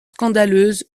scandaleuse